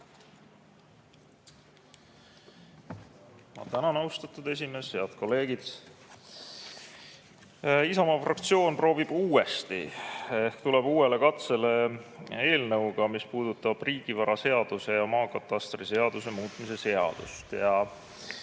Ma tänan, austatud esimees! Head kolleegid! Isamaa fraktsioon proovib uuesti ehk tuleb uuele katsele eelnõuga, mis puudutab riigivaraseaduse ja maakatastriseaduse muutmise seadust.